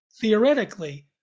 theoretically